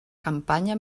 campanya